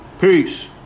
Peace